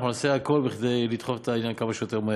אנחנו נעשה הכול כדי לדחוף את העניין כמה שיותר מהר.